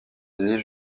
unis